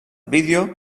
vídeo